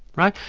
right.